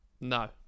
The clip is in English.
No